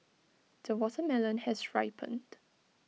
the watermelon has ripened